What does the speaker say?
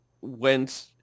went